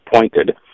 pointed